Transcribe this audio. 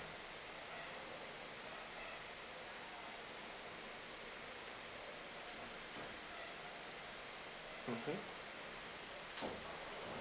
mmhmm